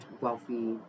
wealthy